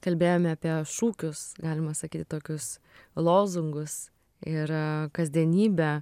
kalbėjome apie šūkius galima sakyti tokius lozungus ir kasdienybę